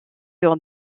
sur